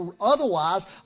Otherwise